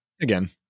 Again